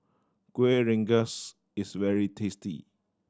Kueh Rengas is very tasty